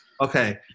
Okay